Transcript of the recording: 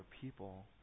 people